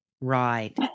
Right